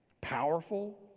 powerful